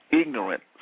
Ignorant